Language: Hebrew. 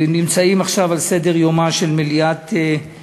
נושאים רבים שנמצאים עכשיו על סדר-יומה של מליאת הכנסת,